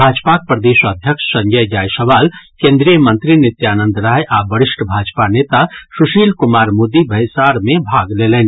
भाजपाक प्रदेश अध्यक्ष संजय जयसवाल केंद्रीय मंत्री नित्यानंद राय आ वरष्ठि भाजपा नेता सुशील कुमार मोदी बैसार मे भाग लेलनि